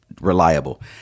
reliable